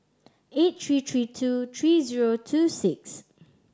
eight three three two three zero two six